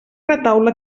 retaule